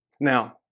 Now